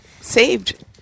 saved